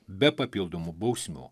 be papildomų bausmių